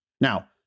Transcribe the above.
Now